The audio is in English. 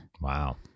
Wow